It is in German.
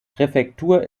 präfektur